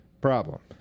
problem